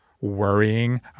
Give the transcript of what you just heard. worrying